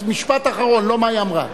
משפט אחרון, ולא מה היא אמרה.